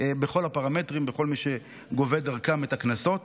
בכל הפרמטרים לכל מי שגובה דרכם את הקנסות.